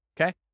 Okay